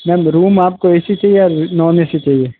ma'am room आपको A C चाहिए या नॉन ए सी चाहिए